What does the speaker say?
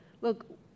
Look